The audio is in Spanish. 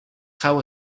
how